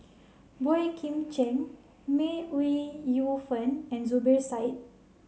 Boey Kim Cheng May Ooi Yu Fen and Zubir Said